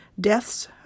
Deaths